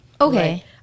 Okay